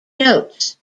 notes